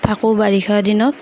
থাকোঁ বাৰিষাৰ দিনত